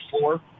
four